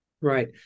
Right